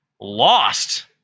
lost